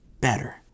better